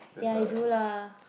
ya I do lah